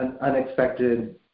unexpected